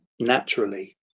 naturally